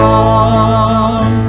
on